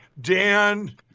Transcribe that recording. Dan